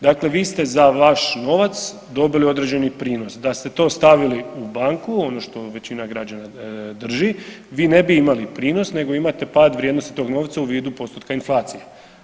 Dakle, vi ste za vaš novac dobili određeni prinos, da ste to stavili u banku ono što većina građana drži vi ne bi imali prinos nego imate pad vrijednosti tog novca u vidu postotka inflacije.